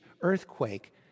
earthquake